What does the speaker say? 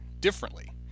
differently